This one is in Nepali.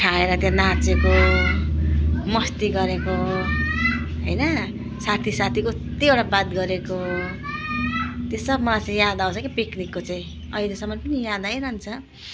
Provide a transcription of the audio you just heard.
खाएर त्यहाँ नाचेको मस्ती गरेको हैन साथी साथीको कतिवटा बात गरेको त्यो सब मलाई चाहिँ याद आउँछ कि पिकनिकको चाहिँ अहिलेसम्म पनि याद आइरहन्छ